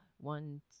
one